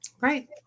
Right